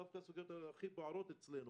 דווקא הסוגיות אלה הכי בוערות אצלנו.